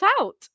out